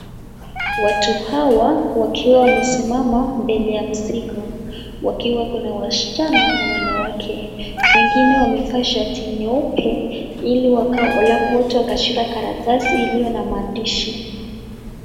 Watu hawa wakiwa wamesimama mbele ya mzigo wakiwa kuna waschana na wanawake , wengine wamevaa shati nyeupe alafu wote wakashika karatasi iliyo na maandishi.